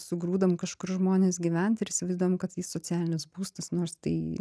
sugrūdam kažkur žmones gyvent ir įsivaizduojam kad į socialinius būstus nors tai